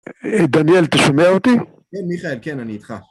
דניאל, ת'שומע אותי? כן, מיכאל, כן, אני איתך.